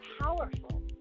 powerful